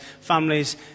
Families